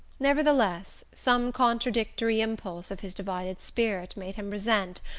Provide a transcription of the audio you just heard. nevertheless, some contradictory impulse of his divided spirit made him resent,